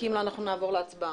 אם לא, אנחנו נעבור להצבעה.